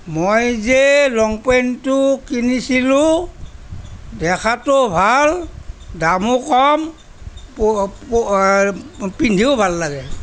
মই যে লংপেণ্টটো কিনিছিলোঁ দেখাতো ভাল দামো কম পিন্ধিও ভাল লাগে